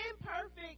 imperfect